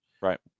Right